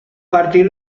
partir